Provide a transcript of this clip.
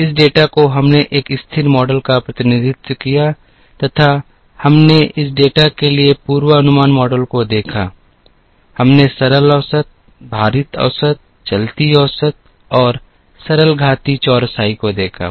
इस डेटा को हमने एक स्थिर मॉडल का प्रतिनिधित्व किया तथा हमने इस डेटा के लिए पूर्वानुमान मॉडल को देखा हमने सरल औसत भारित औसत चलती औसत और सरल घातीय चौरसाई को देखा